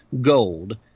gold